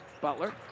Butler